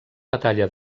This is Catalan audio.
batalla